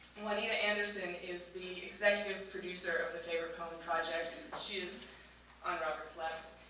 juanita anderson is the executive producer of the favorite poem project. she is on robert's left.